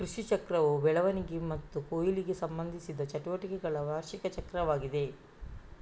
ಕೃಷಿಚಕ್ರವು ಬೆಳವಣಿಗೆ ಮತ್ತು ಕೊಯ್ಲಿಗೆ ಸಂಬಂಧಿಸಿದ ಚಟುವಟಿಕೆಗಳ ವಾರ್ಷಿಕ ಚಕ್ರವಾಗಿದೆ